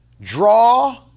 Draw